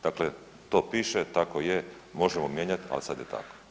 Dakle, to piše, tako je, možemo mijenjati ali sada je tako.